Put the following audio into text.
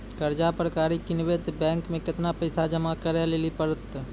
कर्जा पर गाड़ी किनबै तऽ बैंक मे केतना पैसा जमा करे लेली पड़त?